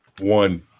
One